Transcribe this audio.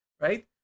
right